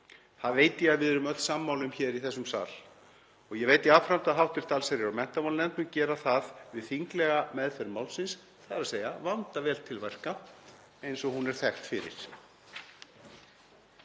Það veit ég að við erum öll sammála um hér í þessum sal. Ég veit jafnframt að hv. allsherjar- og menntamálanefnd mun gera það við þinglega meðferð málsins, þ.e. vanda vel til verka eins og hún er þekkt fyrir.